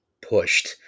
pushed